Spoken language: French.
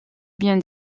bien